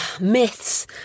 myths